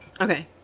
Okay